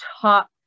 top